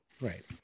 right